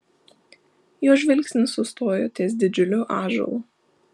jo žvilgsnis sustojo ties didžiuliu ąžuolu